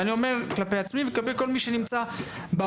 ואני אומר כלפי עצמי וכלפי כל מי שנמצא במעמד,